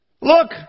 look